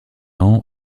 ans